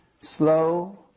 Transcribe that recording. Slow